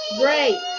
Great